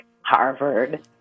Harvard